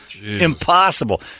Impossible